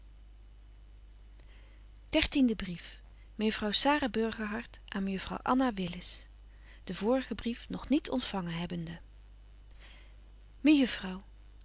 dertiende brief mejuffrouw sara burgerhart aan mejuffrouw anna willis den vorigen brief nog niet ontfangen hebbende